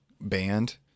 band